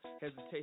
hesitation